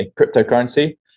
cryptocurrency